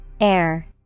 Air